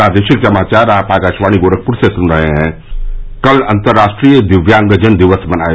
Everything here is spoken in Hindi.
श्र कल अंतर्राष्ट्रीय दिव्यांगजन दिवस मनाया